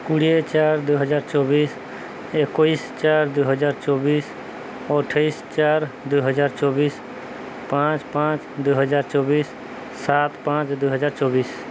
କୋଡ଼ିଏ ଚାରି ଦୁଇହଜାର ଚବିଶ ଏକୋଇଶ ଚାରି ଦୁଇହଜାର ଚବିଶ ଅଠେଇଶ ଚାରି ଦୁଇହଜାର ଚବିଶ ପାଞ୍ଚ ପାଞ୍ଚ ଦୁଇହଜାର ଚବିଶ ସାତ ପାଞ୍ଚ ଦୁଇହଜାର ଚବିଶ